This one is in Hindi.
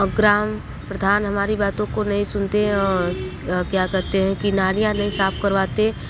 और ग्राम प्रधान हमारी बातों को नहीं सुनते हैं और क्या कहते हैं कि नालियाँ नहीं साफ करवाते